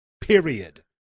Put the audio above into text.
period